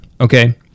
Okay